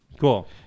Cool